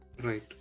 Right